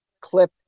clip